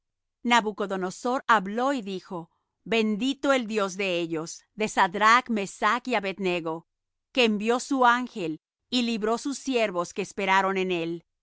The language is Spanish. nabucodonosor habló y dijo bendito el dios de ellos de sadrach mesach y abed nego que envió su ángel y libró sus siervos que esperaron en él